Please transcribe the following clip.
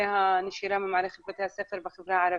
לגבי הנשירה מבתי הספר בחברה הערבית.